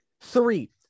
Three